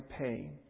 pay